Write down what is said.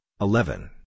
eleven